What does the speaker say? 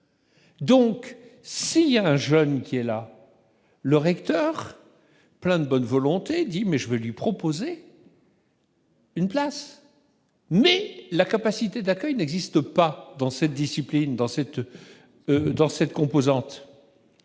donc s'il y a un jeune qui est là, le recteur, plein de bonne volonté, dit mais je vais lui proposer. Une place mais la capacité d'accueil n'existe pas dans cette discipline dans cette, dans